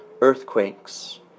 earthquakes